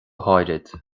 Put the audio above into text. háirithe